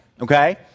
okay